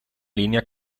línia